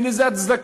אין לזה הצדקה.